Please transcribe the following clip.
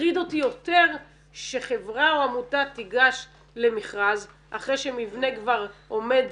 מטריד אותי יותר שחברה או עמותה תיגש למכרז אחרי שמבנה כבר עומד